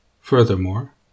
Furthermore